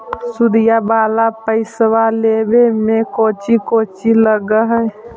सुदिया वाला पैसबा लेबे में कोची कोची लगहय?